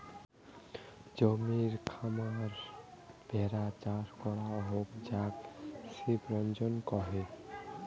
জমিতে খামার ভেড়া চাষ করাং হই যাক সিপ রাঞ্চ কহে